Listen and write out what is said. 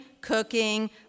cooking